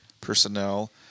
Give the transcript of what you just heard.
personnel